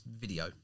video